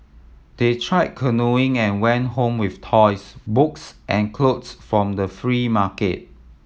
they tried canoeing and went home with toys books and clothes from the free market